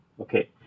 Okay